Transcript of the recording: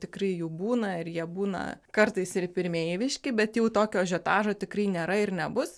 tikrai jų būna ir jie būna kartais ir pirmeiviški bet jau tokio ažiotažo tikrai nėra ir nebus